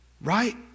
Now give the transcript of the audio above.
right